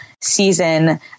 season